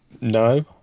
No